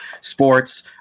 Sports